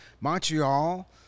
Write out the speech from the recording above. Montreal